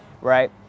right